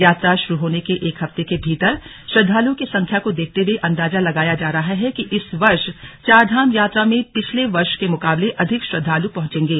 यात्रा शुरु होने के एक हफ्ते के भीतर श्रद्दालुओं की संख्या को देखते हुए अंदाजा लगाया जा रहा है कि इस वर्ष चारधाम यात्रा में पिछले वर्ष के मुकाबले अधिक श्रद्वालु पहुंचेंगे